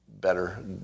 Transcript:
better